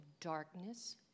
darkness